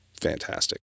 fantastic